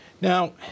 Now